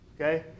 okay